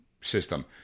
system